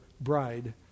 bride